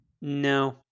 No